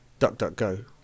DuckDuckGo